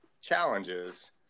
challenges